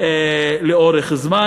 לאורך זמן.